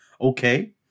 Okay